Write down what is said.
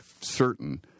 certain